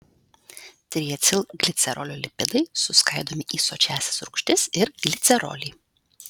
triacilglicerolio lipidai suskaidomi į sočiąsias rūgštis ir glicerolį